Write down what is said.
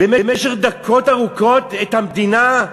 במשך דקות ארוכות את המדינה?